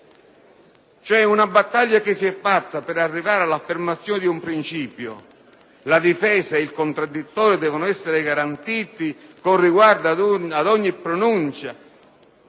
di una battaglia che si è fatta per arrivare all'affermazione di un principio: la difesa e il contraddittorio devono essere garantiti con riguardo ad ogni pronuncia